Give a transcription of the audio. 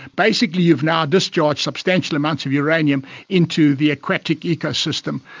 basically you have now discharged substantial amounts of uranium into the aquatic ecosystem.